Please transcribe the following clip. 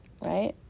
right